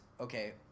Okay